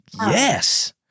yes